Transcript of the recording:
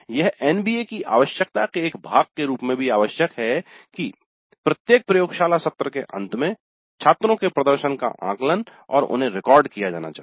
यह एनबीए की आवश्यकता के एक भाग के रूप में भी आवश्यक है कि प्रत्येक प्रयोगशाला सत्र के अंत में छात्रों के प्रदर्शन का आकलन और उन्हें रिकॉर्ड किया जाना चाहिए